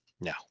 no